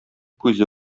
күзе